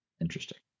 interesting